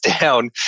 down